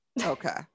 Okay